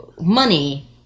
money